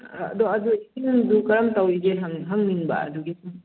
ꯑꯥ ꯑꯗꯣ ꯑꯗꯣ ꯏꯁꯤꯡꯗꯨ ꯀꯔꯝ ꯇꯧꯔꯤꯒꯦꯅ ꯍꯪ ꯍꯪꯅꯤꯡꯕ ꯑꯗꯨꯒꯤ ꯁꯨꯝ